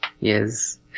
Yes